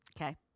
Okay